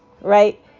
right